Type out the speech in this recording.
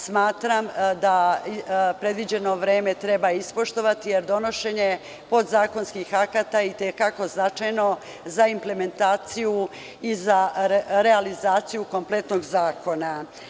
Smatram da predviđeno vreme treba ispoštovati, a donošenje podzakonskih akata je i te kako značajno za implementaciju i za realizaciju kompletnog zakona.